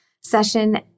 session